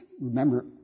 Remember